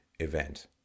event